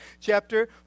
chapter